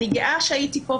אני גאה שהייתי פה,